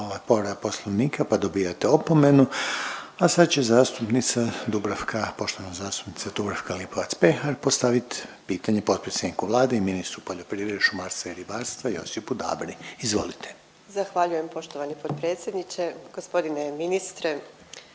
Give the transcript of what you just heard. povreda Poslovnika pa dobijate opomenu. **Reiner, Željko (HDZ)** A sad će zastupnica Dubravka poštovana zastupnica Dubravka Lipovac Pehar postavit pitanje potpredsjedniku Vlade i ministru poljoprivrede, šumarstva i ribarstva Josipu Dabri. Izvolite. **Lipovac Pehar, Dubravka (DP)** Zahvaljujem poštovani potpredsjedniče. Gospodine ministre